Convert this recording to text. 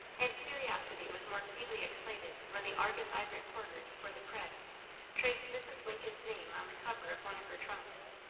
and curiosity was more keenly excited when the argus-eyed reporters for the press traced mrs. lincoln's name on the cover of one of her trunks.